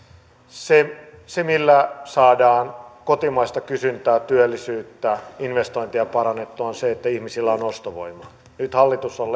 se se millä saadaan kotimaista kysyntää työllisyyttä ja investointeja parannettua on se että ihmisillä on ostovoimaa nyt hallitus on